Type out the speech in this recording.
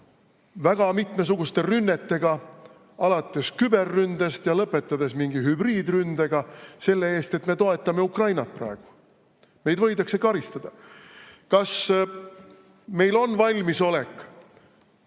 väga mitmesuguste rünnetega, alates küberründest ja lõpetades mingi hübriidründega selle eest, et me toetame Ukrainat praegu. Meid võidakse karistada. Kas meil on valmisolek,